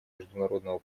международного